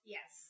Yes